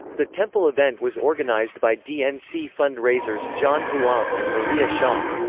the temple event was organized by dnc fund-raisers john huang and maria hsia.